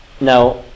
Now